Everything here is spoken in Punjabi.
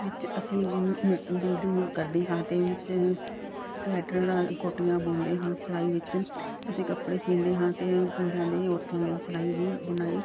ਵਿੱਚ ਅਸੀਂ ਬੀਡਿੰਗ ਕਰਦੀ ਹਾਂ ਅਤੇ ਵਿੱਚ ਹੀ ਸ ਸਵੈਟਰਾਂ ਨਾਲ ਕੋਟੀਆਂ ਬੁਣਦੇ ਹਾਂ ਸਿਲਾਈ ਵਿੱਚ ਅਸੀਂ ਕੱਪੜੇ ਸਿਉਂਦੇ ਹਾਂ ਅਤੇ ਪਿੰਡਾਂ ਦੀਆਂ ਔਰਤਾਂ ਲਈ ਸਿਲਾਈ ਦੀ ਬੁਣਾਈ